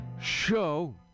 show